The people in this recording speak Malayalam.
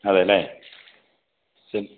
അതെയല്ലേ സെൻ